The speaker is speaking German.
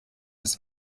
des